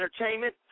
Entertainment